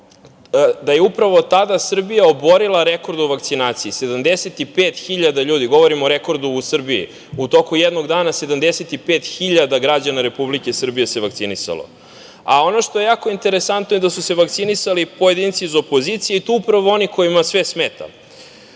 da je upravo tada Srbija oborila rekord u vakcinaciji – 75 hiljada ljudi, govorim o rekordu u Srbiji, u toku jednog dana, 75 hiljada građana Republike Srbije se vakcinisalo. Ono što je jako interesantno je da su se vakcinisali pojedinci iz opozicije, i to upravo oni kojima sve smeta.